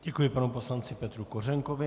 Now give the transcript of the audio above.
Děkuji panu poslanci Petru Kořínkovi.